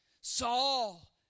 Saul